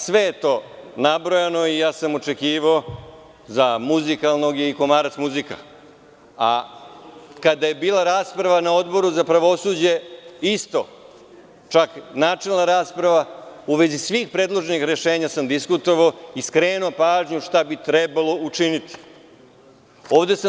Sve je to nabrojano i ja sam očekivao - za muzikalnog je i komarac je muzika, a kada je bila rasprava na Odboru za pravosuđe, isto, čak načelna rasprava u vezi svih predloženih rešenja sam diskutovao i skrenuo pažnju šta bi trebalo učiniti.